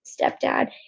stepdad